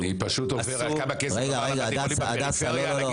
עשו --- אני פשוט עובר על כמה כסף --- בתי חולים בפריפריה,